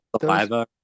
saliva